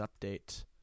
Update